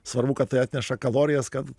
svarbu kad tai atneša kalorijas kad